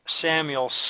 Samuel